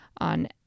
on